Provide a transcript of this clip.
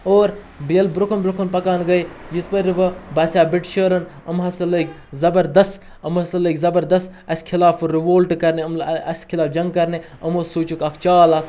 اور بیٚیہِ ییٚلہِ برونٛہہ کُن برونٛہہ کُن پَکان گٔے یِژ پھِر وٕ بَسیٛو بِرٛٹِشٲرَن یِم ہَسا لٔگۍ زَبَردَس یِم ہَسا لٔگۍ زَبَردَس اَسہِ خلاف رِوولٹہٕ کَرنہِ یِم اَسہِ خلاف جنٛگ کَرنہِ یِمو سوٗنٛچُکھ اَکھ چال اَکھ